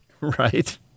Right